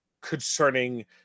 concerning